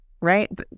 right